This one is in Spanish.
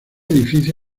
edificio